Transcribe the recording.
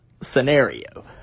scenario